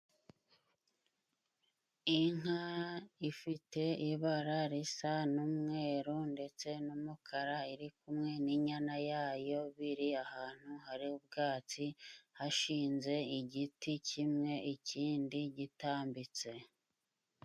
Inka ifite ibara risa n'umweru ndetse n'umukara iri kumwe n'inyana yayo, biri ahantu hari ubwatsi hashinze igiti kimwe, ikindi gitambitse.